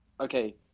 Okay